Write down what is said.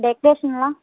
டெக்ரேஷன்லாம்